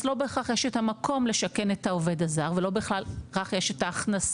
אז לא בהכרח יש את המקום לשכן את העובד הזר ולא בהכרח יש את ההכנסה.